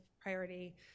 priority